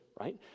Right